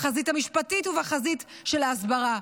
בחזית המשפטית ובחזית של ההסברה,